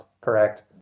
correct